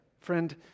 friend